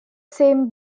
same